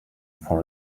for